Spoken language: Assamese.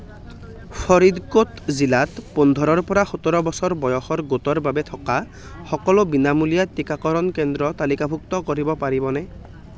ফৰিদকোট জিলাত পোন্ধৰৰ পৰা সোতৰ বছৰ বয়সৰ গোটৰ বাবে থকা সকলো বিনামূলীয়া টীকাকৰণ কেন্দ্ৰ তালিকাভুক্ত কৰিব পাৰিবনে